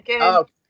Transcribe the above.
Okay